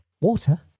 Water